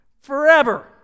forever